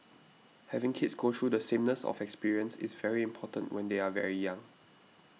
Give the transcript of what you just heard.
having kids go through the sameness of experience is very important when they are very young